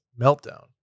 Meltdown